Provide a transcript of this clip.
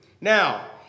Now